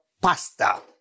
pasta